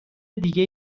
دیگه